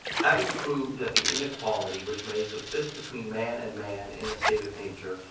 having proved that the inequality, which may subsist between man and man in a state of nature,